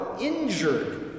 injured